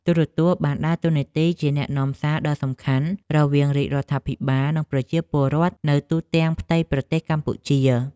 ទូរទស្សន៍បានដើរតួនាទីជាអ្នកនាំសារដ៏សំខាន់រវាងរាជរដ្ឋាភិបាល និងប្រជាពលរដ្ឋនៅទូទាំងផ្ទៃប្រទេសកម្ពុជា។